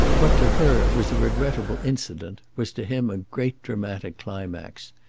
what to her was a regrettable incident was to him a great dramatic climax.